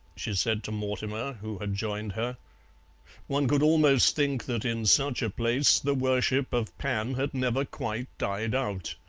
she said to mortimer, who had joined her one could almost think that in such a place the worship of pan had never quite died out.